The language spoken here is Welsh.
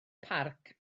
parc